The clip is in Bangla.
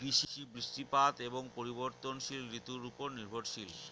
কৃষি বৃষ্টিপাত এবং পরিবর্তনশীল ঋতুর উপর নির্ভরশীল